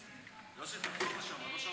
יוסי, תחזור, נשמה, לא שמענו.